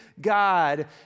God